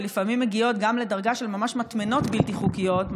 שלפעמים מגיעות גם לדרגה של ממש מטמנות בלתי חוקיות,